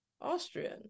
Austrian